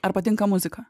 ar patinka muzika